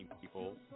people